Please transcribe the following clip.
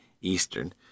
Eastern